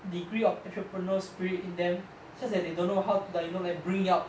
degree of entrepreneurial spirit in them just that they don't know how t~ like bring it out